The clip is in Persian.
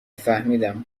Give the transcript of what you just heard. فهمیدم